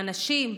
הנשים,